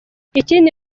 ikindi